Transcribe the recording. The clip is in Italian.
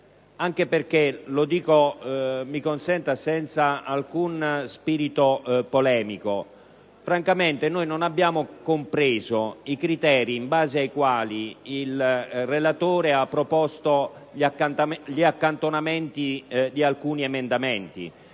che - lo faccio senza alcuno spirito polemico - francamente non abbiamo compreso i criteri in base ai quali il relatore ha proposto l'accantonamento di alcuni emendamenti.